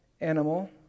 Animal